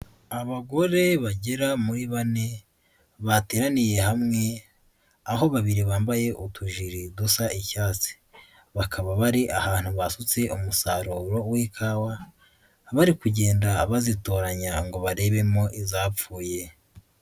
Abagore bagera muri bane bateraniye hamwe aho babiri bambaye utujiri dusa icyatsi, bakaba bari ahantu basutse umusaruro w'ikawa bari kugenda bazitoranya ngo barebemo izapfuye.